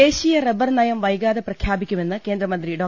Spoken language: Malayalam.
ദേശീയ റബ്ബർ നയം വൈകാതെ പ്രഖ്യാപിക്കുമെന്ന് കേന്ദ്രമന്ത്രി ഡോ